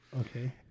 Okay